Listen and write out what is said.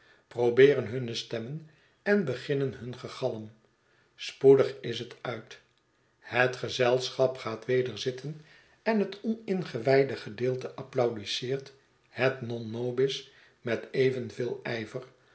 probeeren hunne stemmen en beginnen hun gegalm spoedig is het uit het gezelschap gaat weder zitten en het oningewijde gedeelte applaudisseert het non nobis met evenveel ijver